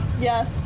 Yes